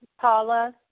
Paula